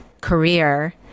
career